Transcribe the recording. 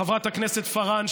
חברת הכנסת פארן,